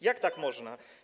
Jak tak można?